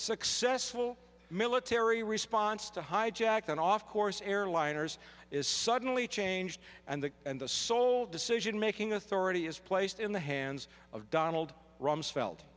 successful military response to hijack an off course airliners is suddenly changed and that and the sole decision making authority is placed in the hands of donald rumsfeld